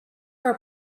are